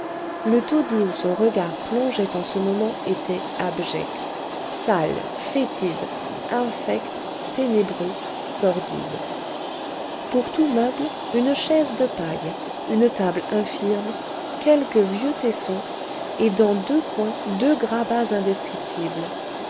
le taudis où son regard plongeait en ce moment était abject sale fétide infect ténébreux sordide pour tous meubles une chaise de paille une table infirme quelques vieux tessons et dans deux coins deux grabats indescriptibles